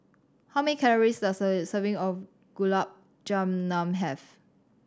how many calories does a serving of Gulab Jamun have